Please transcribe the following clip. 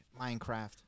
Minecraft